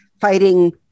fighting